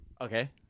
okay